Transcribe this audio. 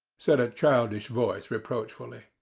said a childish voice reproachfully.